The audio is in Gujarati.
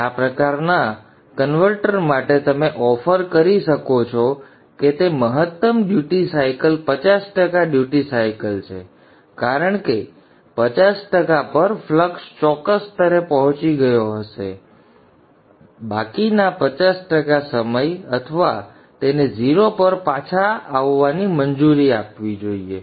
તેથી આ પ્રકારના કન્વર્ટર માટે તમે ઓફર કરી શકો છો તે મહત્તમ ડ્યુટી સાયકલ 50 ટકા ડ્યુટી સાયકલ છે કારણ કે 50 ટકા પર ફ્લક્સ ચોક્કસ સ્તરે પહોંચી ગયો હશે અને તમારે બાકીના 50 ટકા સમય અથવા તેને 0 પર પાછા આવવાની મંજૂરી આપવી જોઈએ